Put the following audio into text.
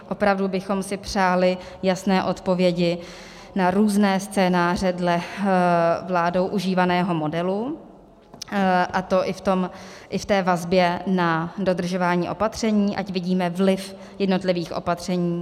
Opravdu bychom si přáli jasné odpovědi na různé scénáře dle vládou užívaného modelu, a to i v té vazbě na dodržování opatření, ať vidíme vliv jednotlivých opatření.